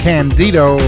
Candido